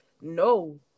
no